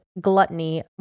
gluttony